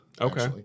Okay